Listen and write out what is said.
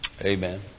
Amen